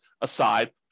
aside